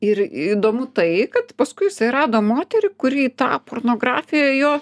ir įdomu tai kad paskui jisai rado moterį kuri į tą pornografiją jo